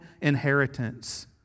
inheritance